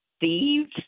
thieves